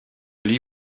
lui